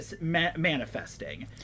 manifesting